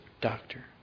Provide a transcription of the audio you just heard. doctor